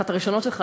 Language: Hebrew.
אחת הראשונות שלך,